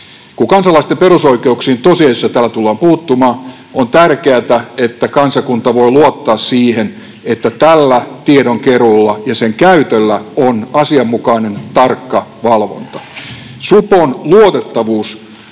Kun kansalaisten perusoikeuksiin tosiasiassa tällä tullaan puuttumaan, on tärkeätä, että kansakunta voi luottaa siihen, että tällä tiedon keruulla ja sen käytöllä on asianmukainen, tarkka valvonta. Supon luotettavuus